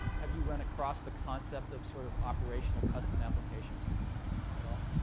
have you run across the concept of sort of operational custom applications at all?